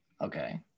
Okay